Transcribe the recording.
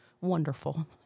wonderful